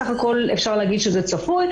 סך הכול אפשר להגיד שזה צפוי.